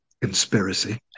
conspiracy